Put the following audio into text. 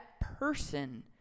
person